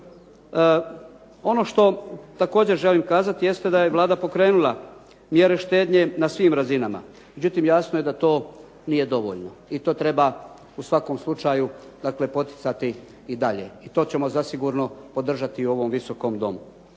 Ono što također želim kazati, jeste da je Vlada pokrenula mjere štednje na svim razinama. Međutim, jasno je da to nije dovoljno i to treba u svakom slučaju dakle poticati i dalje i to ćemo zasigurno podržati i u ovom Viskom domu.